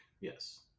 yes